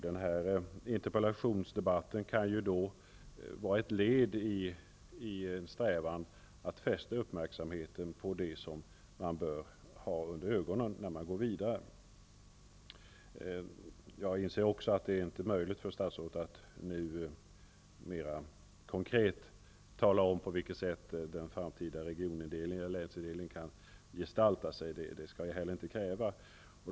Den här interpellationsdebatten kan då vara ett led i strävan att fästa uppmärksamheten på det som man bör ha under ögonen när man går vidare. Jag inser också att det inte är möjligt för statsrådet att nu mer konkret tala om hur den framtida regionindelningen eller länsindelningen kan gestalta sig. Det skall jag inte heller kräva.